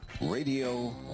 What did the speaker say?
Radio